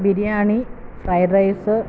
biryani fried rice